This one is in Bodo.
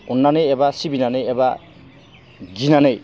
अननानै एबा सिबिनानै एबा गिनानै